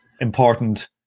important